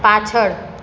પાછળ